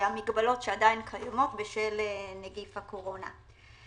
המגבלות שעדיין קיימות בשל נגיף הקורונה.